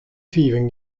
fiven